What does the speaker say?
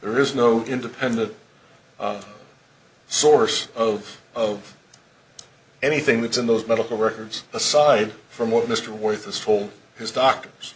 there is no independent source of of anything that's in those medical records aside from what mr worthless told his doctors